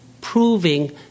proving